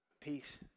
peace